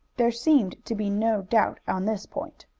there seemed to be no doubt on this point.